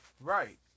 Right